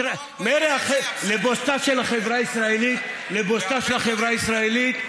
לבושתה של החברה הישראלית,